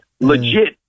legit